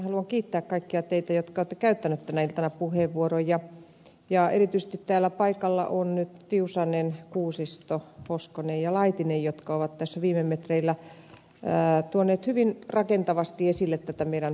haluan kiittää kaikkia teitä jotka olette käyttäneet tänä iltana puheenvuoroja ja erityisesti täällä paikalla ovat nyt edustajat tiusanen kuusisto hoskonen ja laitinen jotka ovat tässä viime metreillä tuoneet hyvin rakentavasti esille tätä meidän tilannettamme